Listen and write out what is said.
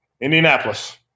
Indianapolis